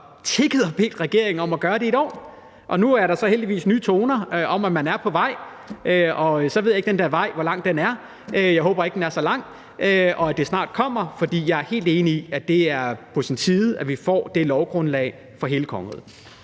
har tigget og bedt regeringen om at gøre det. Og nu er der så heldigvis nye toner, i forhold til at man er på vej, og så ved jeg ikke, hvor lang den her vej er. Jeg håber ikke, den er så lang, og jeg håber, at det snart kommer, for jeg er helt enig i, at det er på tide, at vi får det lovgrundlag for hele kongeriget.